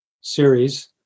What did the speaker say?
series